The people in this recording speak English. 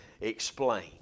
explain